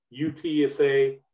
UTSA